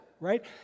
right